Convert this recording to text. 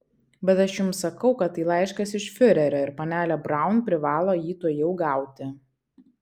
bet aš jums sakau kad tai laiškas iš fiurerio ir panelė braun privalo jį tuojau gauti